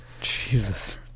Jesus